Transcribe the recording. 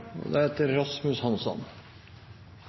og deretter